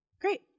Great